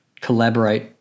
collaborate